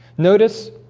notice